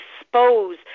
expose